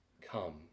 come